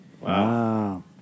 Wow